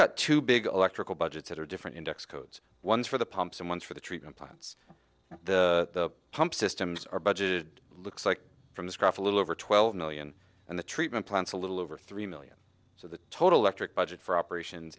got two big electrical budgets that are different in tax codes one for the pumps and ones for the treatment plants the pump systems are budgeted looks like from this graph a little over twelve million and the treatment plants a little over three million so the total electric budget for operations